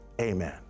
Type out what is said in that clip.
amen